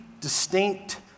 distinct